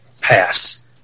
pass